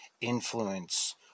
influence